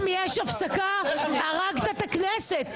אם יש הפסקה הרגת את הכנסת.